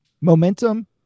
momentum